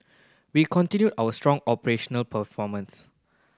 we continue our strong operational performance